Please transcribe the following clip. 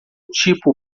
tipo